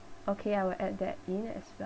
okay I will add that in as well